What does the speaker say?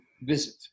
visit